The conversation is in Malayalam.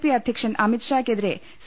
പി അധ്യക്ഷൻ അമിത്ഷാക്കെതിരെ സി